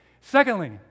Secondly